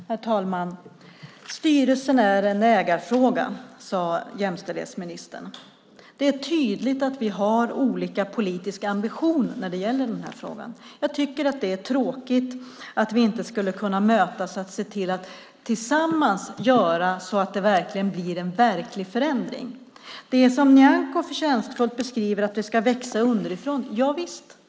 Herr talman! Styrelsen är en ägarfråga, sade jämställdhetsministern. Det är tydligt att vi har olika politiska ambitioner när det gäller den här frågan. Jag tycker att det är tråkigt att vi inte kan mötas och tillsammans se till att det blir en verklig förändring. Nyamko beskriver förtjänstfullt att det ska växa underifrån.